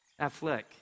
Affleck